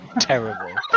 terrible